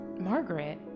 Margaret